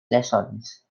lessons